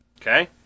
Okay